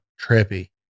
Trippy